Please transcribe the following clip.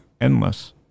endless